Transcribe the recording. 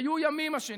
היו ימים, מה שנקרא.